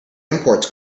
imports